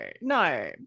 no